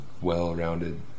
well-rounded